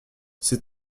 ces